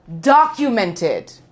documented